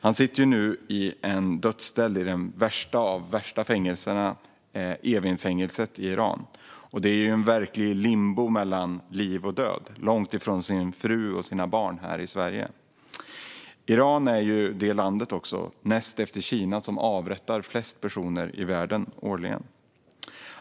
Han sitter nu i en dödscell i det värsta av de värsta fängelserna, Evinfängelset i Iran. Det är ett verkligt limbo mellan liv och död, långt från fru och barn här i Sverige. Iran är det land i världen som näst efter Kina avrättar flest personer årligen.